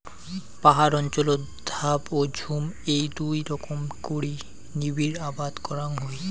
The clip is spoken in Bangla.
পাহাড় অঞ্চলত ধাপ ও ঝুম এ্যাই দুই রকম করি নিবিড় আবাদ করাং হই